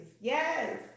yes